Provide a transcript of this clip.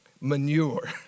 manure